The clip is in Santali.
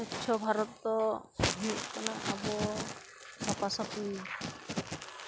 ᱥᱚᱪᱪᱷᱚ ᱵᱷᱟᱨᱚᱛ ᱫᱚ ᱦᱩᱭᱩᱜ ᱠᱟᱱᱟ ᱟᱵᱚ ᱥᱟᱯᱷᱟ ᱥᱟᱹᱯᱷᱤ